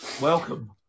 Welcome